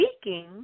speaking